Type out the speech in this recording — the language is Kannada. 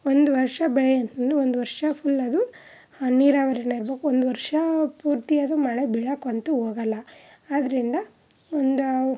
ಒಂದು ವರ್ಷ ಬೆಳೆ ಅಂತಂದ್ರೆ ಒಂದು ವರ್ಷ ಫುಲ್ ಅದು ನೀರಾವರಿಲ್ಲೇ ಇರಬೇಕು ಒಂದು ವರ್ಷ ಪೂರ್ತಿ ಅದು ಮಳೆ ಬೀಳಕ್ಕಂತೂ ಹೋಗಲ್ಲ ಆದ್ರಿಂದ ಒಂದು